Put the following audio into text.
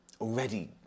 already